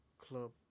club